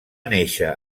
néixer